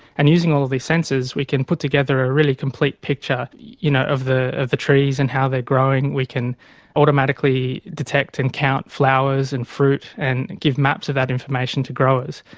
and using all of these sensors we can put together a really complete picture you know of the of the trees and how they are growing. we can automatically detect and count flowers and fruit and give maps of that information to growers.